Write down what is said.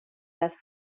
les